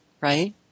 right